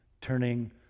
turning